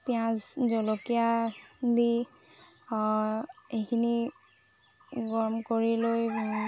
পিঁয়াজ জলকীয়া দি আ এইখিনি গৰম কৰি লৈ